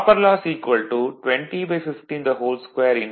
153 0